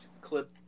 clip